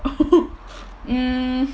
um